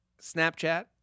Snapchat